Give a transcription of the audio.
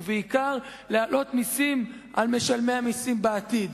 ובעיקר, להעלות מסים על משלמי המסים בעתיד,